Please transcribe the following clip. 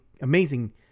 amazing